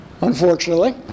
unfortunately